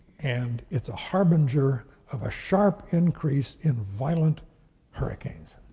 and it's a harbinger of a sharp increase in violent hurricanes.